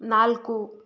ನಾಲ್ಕು